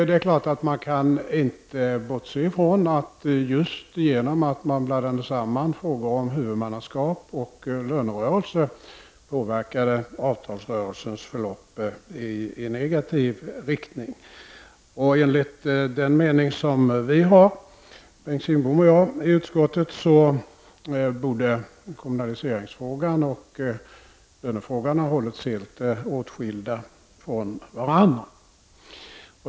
Det är klart att man inte kan bortse ifrån att man just på grund av att frågorna om huvudmannaskap och lönerörelsen blandades ihop påverkade avtalsrörelsens förlopp i negativ riktning. Enligt min och Bengt Kindboms mening i utskottet borde kommunaliseringsfrågan och lönefrågan ha hållits helt åtskilda från varandra.